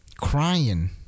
crying